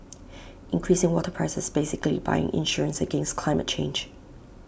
increasing water prices is basically buying insurance against climate change